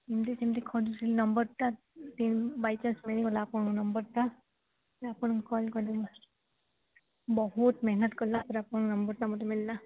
ମୁଁ ଯେ ଯେମିତି କରିଥିଲି ନମ୍ବର୍ଟା ବାଇଚାନ୍ସ୍ ମିଳିଗଲା ଆପଣଙ୍କ ନମ୍ବର୍ଟା ସେ ଆପଣଙ୍କୁ କଲ୍ କଲି ମୁଁ ବହୁତ ମେହେନତ କଲା ପରେ ଆପଣଙ୍କ ନମ୍ବର୍ଟା ମୋତେ ମିଳିଲା